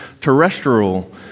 terrestrial